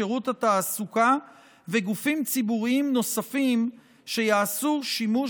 שירות התעסוקה וגופים ציבוריים נוספים שיעשו שימוש